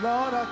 Lord